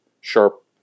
sharp